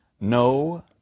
No